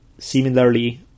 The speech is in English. Similarly